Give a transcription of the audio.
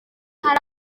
hari